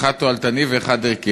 האחד תועלתני והשני ערכי.